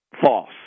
false